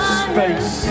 space